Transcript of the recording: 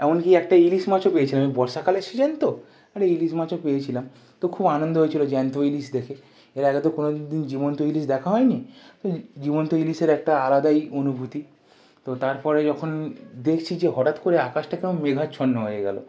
এমনকি একটা ইলিশ মাছও পেয়েছিলাম বর্ষাকালের সিজেন তো একটা ইলিশ মাছও পেয়েছিলাম তো খুব আনন্দ হয়েছিলো জ্যান্ত ইলিশ দেখে এর আগে তো কোনোদিন জীবন্ত ইলিশ দেখা হয় নি জীবন্ত ইলিশের একটা আলাদাই অনুভূতি তো তারপরে যখন দেখছি যে হঠাৎ করে আকাশটা কেমন মেঘাচ্ছন্ন হয়ে গেলো